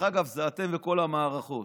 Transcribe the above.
אתם וכל המערכות.